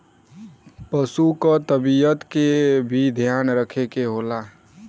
पसु क तबियत के भी ध्यान रखे के होला